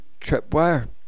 tripwire